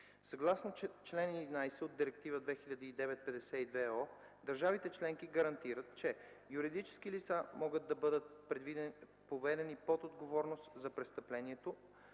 Съгласно чл. 11 от Директива 2009/52/ЕО, държавите членки гарантират, че юридически лица може да бъдат подведени под отговорност за престъплението,